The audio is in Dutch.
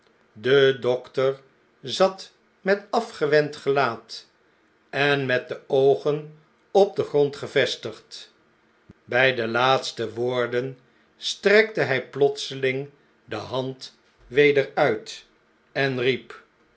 de dokter zat met afgewend gelaat en met de oogen op den grond gevestigd bjj de laatste woorden strekte hjj plotseling de hand weder uit en riep